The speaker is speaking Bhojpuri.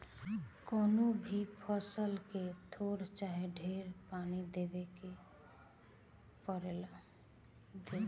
कवनो भी फसल के थोर चाहे ढेर पानी त देबही के पड़ेला